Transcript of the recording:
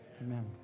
Amen